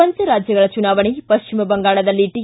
ಪಂಚರಾಜ್ಯಗಳ ಚುನಾವಣೆ ಪಶ್ಚಿಮ ಬಂಗಾಳದಲ್ಲಿ ಟಿ